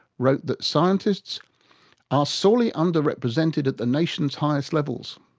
wrote that scientists are sorely under-represented at the nation's highest levels.